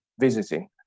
visiting